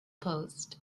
post